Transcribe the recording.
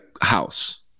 house